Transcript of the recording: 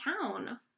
town